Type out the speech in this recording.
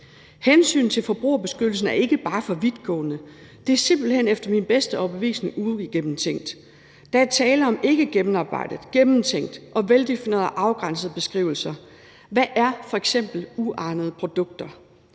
Hensynet til forbrugerbeskyttelsen er ikke bare for vidtgående; det er simpelt hen efter min bedste overbevisning uigennemtænkt. Der er tale om beskrivelser, der ikke er gennemarbejdede, gennemtænkte og veldefinerede og afgrænsede. Hvad er f.eks. uegnede produkter?